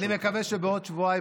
ואני מקווה שבעוד שבועיים,